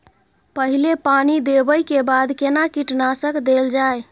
पहिले पानी देबै के बाद केना कीटनासक देल जाय?